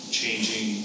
changing